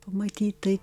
pamatyt tai